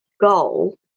goal